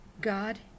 God